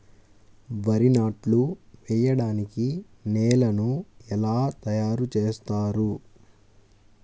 వరి నాట్లు వేయటానికి నేలను ఎలా తయారు చేస్తారు?